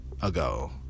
ago